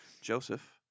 Joseph